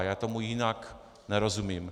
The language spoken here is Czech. Já tomu jinak nerozumím.